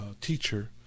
teacher